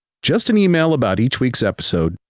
just an email about each week's episode,